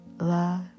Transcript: Love